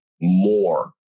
more